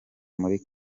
muri